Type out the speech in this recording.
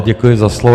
Děkuji za slovo.